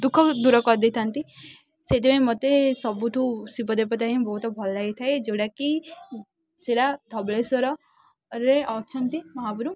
ଦୁଃଖ ଦୂର କରି ଦେଇଥାନ୍ତି ସେଇଥି ପାଇଁ ମୋତେ ସବୁଠୁ ଶିବଦେବତା ହିଁ ବହୁତ ଭଲ ଲାଗିଥାଏ ଯେଉଁଟା କି ସେଇଟା ଧବଳେଶ୍ୱର ରେ ଅଛନ୍ତି ମହାପୁରୁ